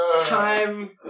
Time